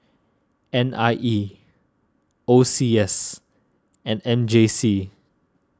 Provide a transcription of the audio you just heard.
N I E O C S and M J C